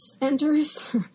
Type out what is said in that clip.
enters